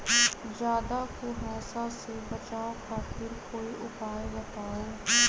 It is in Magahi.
ज्यादा कुहासा से बचाव खातिर कोई उपाय बताऊ?